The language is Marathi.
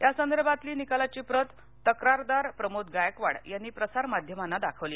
या संदर्भातली निकालाची प्रत तक्रारदार प्रमोद गायकवाड यांनी प्रसार माध्यमांना दाखवली